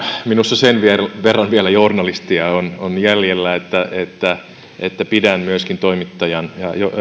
minussa sen verran vielä journalistia on on jäljellä että että pidän myöskin toimittajan